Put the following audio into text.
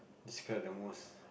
describe the most